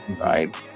right